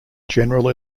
general